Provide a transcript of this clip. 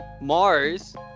mars